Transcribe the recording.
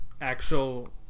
actual